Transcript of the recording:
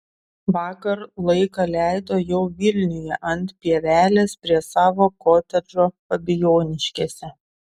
vakar laiką leido jau vilniuje ant pievelės prie savo kotedžo fabijoniškėse